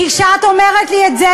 כי כשאת אומרת לי את זה,